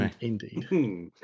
Indeed